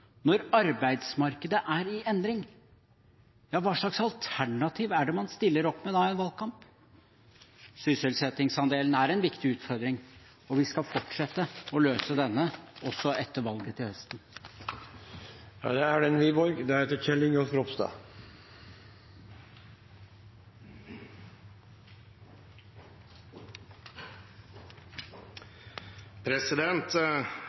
når arbeidsmarkedet er i endring, hva slags alternativ stiller man da opp med i en valgkamp? Sysselsettingsandelen er en viktig utfordring, og vi skal fortsette å løse denne også etter valget til høsten. Hadde det ikke vært uparlamentarisk, ville jeg ha sagt at det